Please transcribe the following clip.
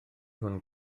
hwn